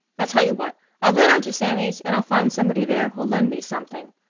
i'll tell you what i'll go down to sammy's and i'll find somebody there who'll lend me something.